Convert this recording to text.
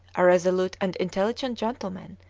a resolute and intelligent gentleman,